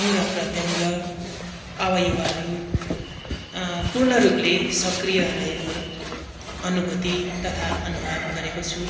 अङ्ग प्रत्यङ्ग अवयवहरू पूर्ण रूपले सक्रिय रहेको अनुभूति तथा अनुभव गरेको छु